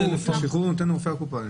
אני מבין שאת השחרור נותן רופא הקופה.